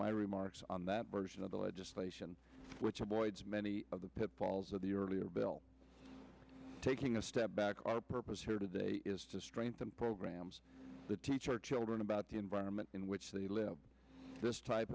my remarks on that version of the legislation which avoids many of the pitfalls of the earlier bill taking a step back our purpose here today is to strengthen programs to teach our children about the environment in which th